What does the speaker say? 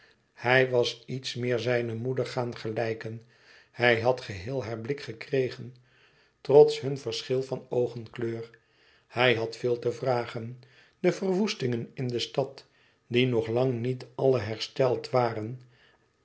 hij was iets meer zijn moeder gaan gelijken hij had geheel haar blik gekregen trots hun verschil van oogenkleur hij had veel te vragen de verwoestingen in de stad die nog lang niet alle hersteld waren